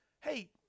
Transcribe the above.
Hey